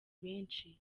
benshi